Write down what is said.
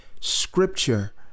scripture